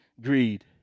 greed